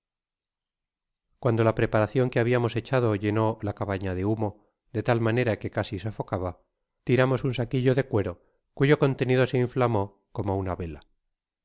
cuando la preparacion que habiamos echado hens cabafla de humo de tal manera que easi sofocaba ti mos un saquillo de cuero cuyo contenido se inflamó boj una vela